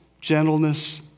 gentleness